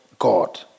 God